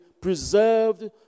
preserved